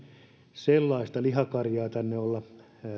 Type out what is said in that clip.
sellaista lihakarjaa tänne olla